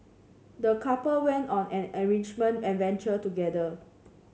the couple went on an enrichment adventure together